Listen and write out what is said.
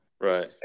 Right